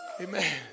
Amen